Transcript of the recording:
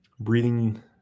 breathing